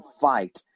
fight